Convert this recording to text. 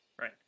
right